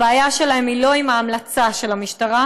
הבעיה שלהם היא לא עם ההמלצה של המשטרה.